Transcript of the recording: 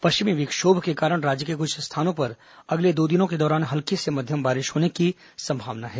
पश्चिमी विक्षोभ के कारण राज्य के कुछ स्थानों में अगले दो दिनों के दौरान हल्की से मध्यम बारिश होने की संभावना है